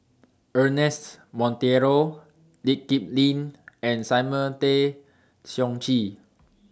Ernest Monteiro Lee Kip Lin and Simon Tay Seong Chee